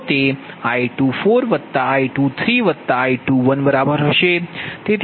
તો તે I24I23I21 બરાબર હશે